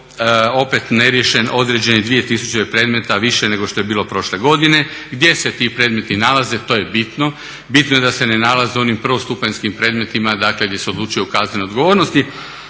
opet neriješen određenih 2000 predmeta više nego što je bilo prošle godine. Gdje se ti predmeti nalaze to je bitno. Bitno je da se ne nalaze u onim prvostupanjskim predmetima, dakle gdje se odlučuje o kaznenoj odgovornosti,